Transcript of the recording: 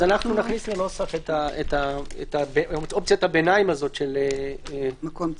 אז אנחנו נכניס לנוסח את אופציית הביניים הזאת של מקום ציבורי.